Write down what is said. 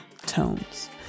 tones